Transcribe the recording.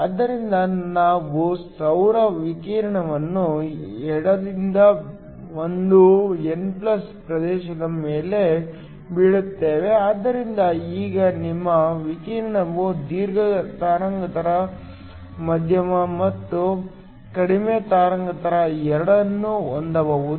ಆದ್ದರಿಂದ ನಾವು ಸೌರ ವಿಕಿರಣವನ್ನು ಎಡದಿಂದ ಬಂದು n ಪ್ರದೇಶದ ಮೇಲೆ ಬೀಳುತ್ತೇವೆ ಆದ್ದರಿಂದ ಈಗ ನಿಮ್ಮ ವಿಕಿರಣವು ದೀರ್ಘ ತರಂಗಾಂತರ ಮಧ್ಯಮ ಮತ್ತು ಕಡಿಮೆ ತರಂಗಾಂತರ ಎರಡನ್ನೂ ಹೊಂದಬಹುದು